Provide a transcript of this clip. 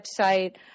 website